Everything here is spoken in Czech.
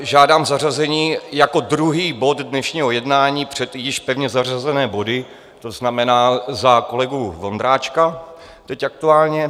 Žádám zařazení jako druhý bod dnešního jednání před již pevně zařazené body, to znamená za kolegu Vondráčka teď aktuálně.